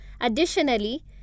Additionally